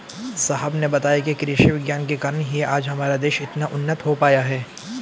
साहब ने बताया कि कृषि विज्ञान के कारण ही आज हमारा देश इतना उन्नत हो पाया है